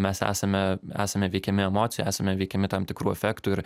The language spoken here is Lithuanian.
mes esame esame veikiami emocijų esame veikiami tam tikrų efektų ir